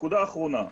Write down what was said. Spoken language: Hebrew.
נקודה אחרונה.